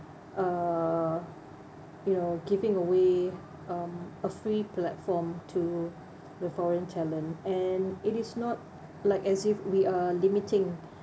uh you know giving away um a free platform to the foreign talent and it is not like as if we are limiting